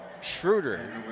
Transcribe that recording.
Schroeder